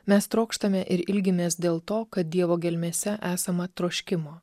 mes trokštame ir ilgimės dėl to kad dievo gelmėse esama troškimo